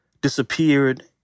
disappeared